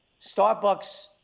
Starbucks